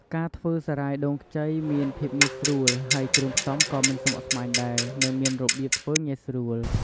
ការធ្វើសារាយដូងខ្ចីមានភាពងាយស្រួល ហើយគ្រឿងផ្សំក៏មិនស្មុគស្មាញដែរ និងមានរបៀបធ្វើងាយស្រួល។